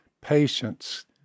patience